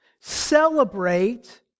celebrate